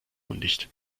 undicht